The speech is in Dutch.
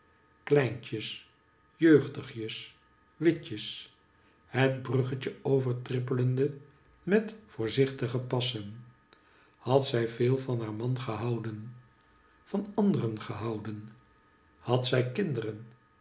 kleintjes jeugdigjes witjes het bruggetje overtrippende met voorzichtige passen had zij veel van haar man gehouden van andcren gehouden had zij kinderen